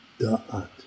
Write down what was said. da'at